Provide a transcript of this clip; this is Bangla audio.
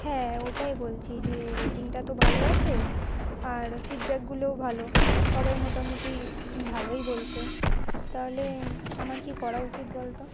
হ্যাঁ ওটাই বলছি যে রেটিংটা তো ভালো আছে আর ফিডব্যাকগুলোও ভালো সবাই মোটামুটি ভালোই বলছে তাহলে আমার কী করা উচিত বল তো